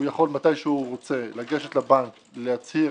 הוא יכול מתי שהוא רוצה לגשת לבנק ולהצהיר